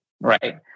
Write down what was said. Right